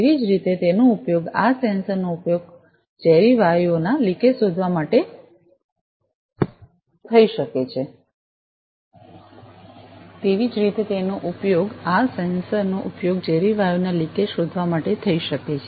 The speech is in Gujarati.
તેવી જ રીતે તેનો ઉપયોગ આ સેન્સરનો ઉપયોગ ઝેરી વાયુઓના લિકેજ શોધવા માટે થઈ શકે છે